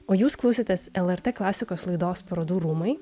o jūs klausysitės lrt klasikos laidos parodų rūmai